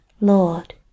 Lord